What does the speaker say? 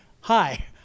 hi